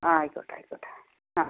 ആ ആയിക്കോട്ടെ ആയിക്കോട്ടെ ആ